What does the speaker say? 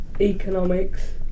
economics